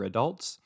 Adults